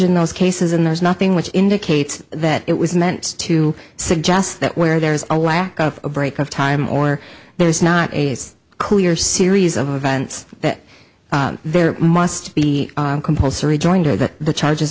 in those cases and there's nothing which indicates that it was meant to suggest that where there is a lack of a break of time or there is not a clear series of events that there must be compulsory jointer that the charges